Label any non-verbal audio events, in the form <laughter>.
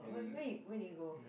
<noise> where he where did he go